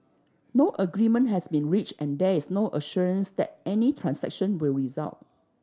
no agreement has been reached and there is no assurance that any transaction will result